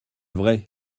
vrai